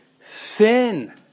sin